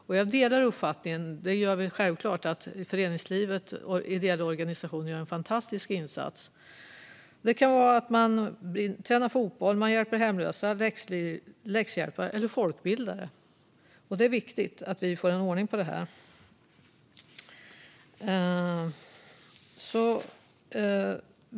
Jag delar självklart uppfattningen att föreningslivet och ideella organisationer gör en fantastisk insats. Det kan vara att man har fotbollsträning, hjälper hemlösa, ger läxhjälp eller bedriver folkbildning. Det är viktigt att vi får ordning på detta.